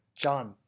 John